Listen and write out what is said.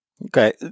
Okay